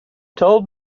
told